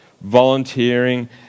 volunteering